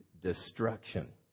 destruction